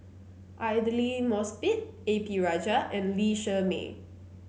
Aidli Mosbit A P Rajah and Lee Shermay